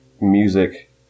music